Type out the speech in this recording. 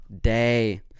day